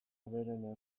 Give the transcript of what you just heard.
beren